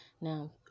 Now